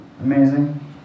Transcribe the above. amazing